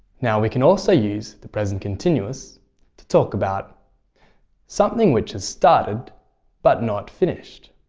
now, we can also use the present continuous to talk about something which has started but not finished.